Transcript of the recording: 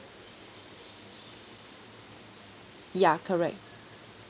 ya correct